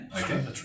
okay